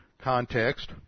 context